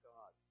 God